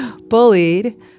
bullied